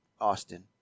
Austin